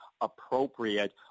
appropriate